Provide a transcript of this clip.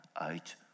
out